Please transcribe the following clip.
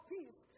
Peace